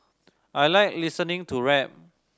I like listening to rap